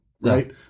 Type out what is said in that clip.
Right